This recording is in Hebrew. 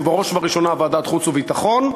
ובראש וראשונה ועדת החוץ והביטחון,